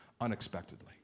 unexpectedly